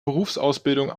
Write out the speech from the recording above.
berufsausbildung